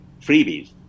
freebies